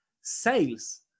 sales